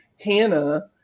Hannah